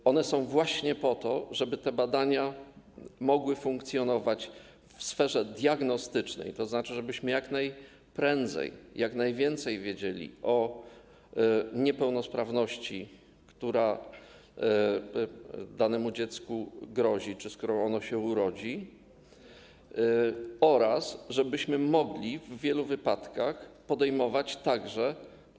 Są one właśnie po to, żeby te badania mogły funkcjonować w sferze diagnostycznej, tzn. żebyśmy jak najprędzej i jak najwięcej wiedzieli o niepełnosprawności, która danemu dziecku grozi czy pojawia się, gdy ono się urodzi, oraz żebyśmy mogli także w wielu wypadkach podejmować leczenie.